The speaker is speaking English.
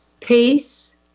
peace